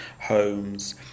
homes